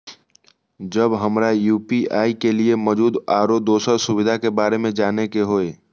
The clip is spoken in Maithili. जब हमरा यू.पी.आई के लिये मौजूद आरो दोसर सुविधा के बारे में जाने के होय?